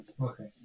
okay